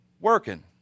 working